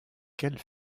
quelle